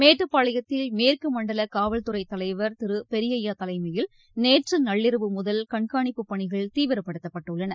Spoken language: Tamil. மேட்டுப்பாளையத்தில் மேற்கு மண்டல காவல்துறை தலைவர் திரு பெரியய்யா தலைமையில் நேற்று நள்ளிரவு முதல் கண்காணிப்புப்பணிகள் தீவிரப்படுத்தப்பட்டுள்ளன